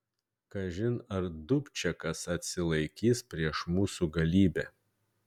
kažin ar dubčekas atsilaikys prieš mūsų galybę